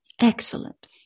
Excellent